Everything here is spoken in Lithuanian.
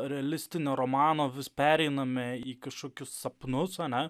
realistinio romano vis pereiname į kažkokius sapnus ane